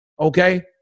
Okay